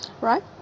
right